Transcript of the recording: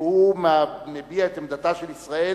והוא מביע את עמדתה של ישראל